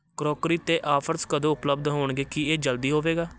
crockery 'ਤੇ offers ਕਦੋਂ ਉਪਲਬਧ ਹੋਣਗੇ ਕੀ ਇਹ ਜਲਦੀ ਹੋਵੇਗਾ